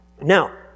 Now